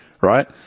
right